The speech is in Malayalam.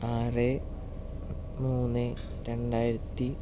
ആറ് മൂന്ന് രണ്ടായിരത്തി